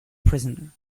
prisoner